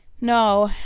no